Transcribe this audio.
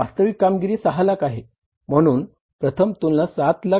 वास्तविक कामगिरी 6 लाख आहे म्हणून प्रथम तुलना 7 लाख आणि 6 लाखांदरम्यान आहे